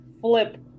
flip